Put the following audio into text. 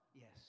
Yes